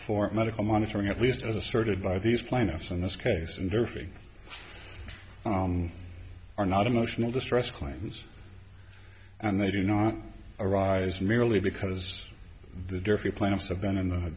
for medical monitoring at least as asserted by these plaintiffs in this case and thirty are not emotional distress claims and they do not arise merely because the different plans have been in the